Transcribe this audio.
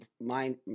mind